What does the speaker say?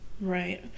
right